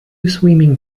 swimming